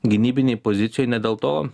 gynybinėj pozicijoj ne dėl to